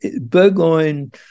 Burgoyne